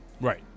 Right